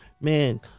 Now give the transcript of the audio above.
man